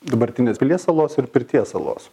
dabartinės pilies salos ir pirties salos